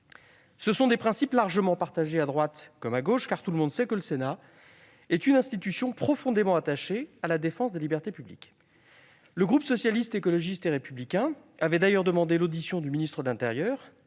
Ce sont des principes largement partagés, à droite comme à gauche, car tout le monde sait que le Sénat est une institution profondément attachée à la défense des libertés publiques. Le groupe Socialiste, Écologiste et Républicain avait d'ailleurs demandé l'audition du ministre de l'intérieur